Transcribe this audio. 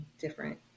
different